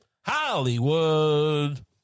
hollywood